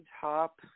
top